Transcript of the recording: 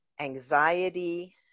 anxiety